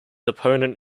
opponent